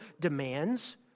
demands